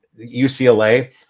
UCLA